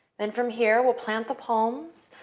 then from here, we'll plant the palms,